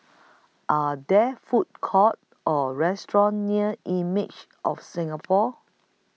Are There Food Courts Or restaurants near Images of Singapore